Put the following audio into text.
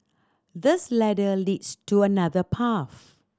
this ladder leads to another path